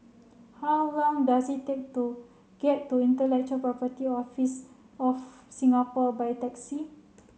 how long does it take to get to Intellectual Property Office of Singapore by taxi